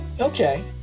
okay